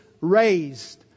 raised